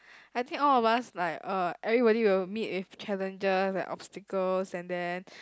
I think all of us like uh everybody will meet with challenges and obstacles and then